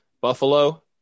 Buffalo